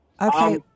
Okay